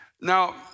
Now